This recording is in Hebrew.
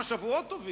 כמה שבועות טובים,